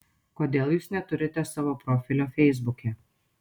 kodėl jūs neturite savo profilio feisbuke